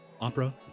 opera